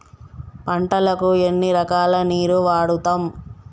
పంటలకు ఎన్ని రకాల నీరు వాడుతం?